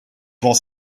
was